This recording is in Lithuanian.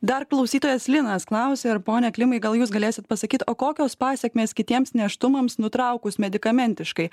dar klausytojas linas klausė ar pone klimai gal jūs galėsit pasakyt o kokios pasekmės kitiems nėštumams nutraukus medikamentiškai